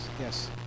yes